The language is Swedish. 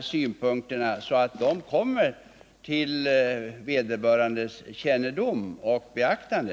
synpunkterna verkligen understryks och kommer till vederbörandes kännedom för beaktande?